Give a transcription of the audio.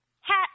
hat